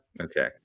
Okay